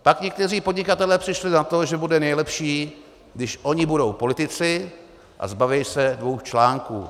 Pak někteří podnikatelé přišli na to, že bude nejlepší, když oni budou politici a zbaví se dvou článků.